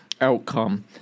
outcome